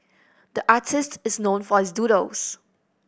the artist is known for his doodles